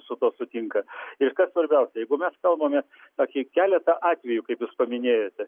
su tuo sutinka ir kas svarbiausia jeigu mes kalbame apie keletą atvejų kaip jūs paminėjote